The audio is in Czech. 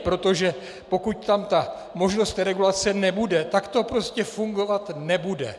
Protože pokud tam ta možnost regulace nebude, tak to prostě fungovat nebude.